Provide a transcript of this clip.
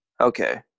Okay